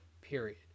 period